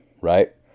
right